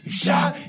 shot